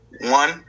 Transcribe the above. One